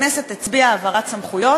הכנסת הצביעה על העברת סמכויות.